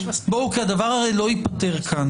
הדבר הרי לא ייפתר כאן.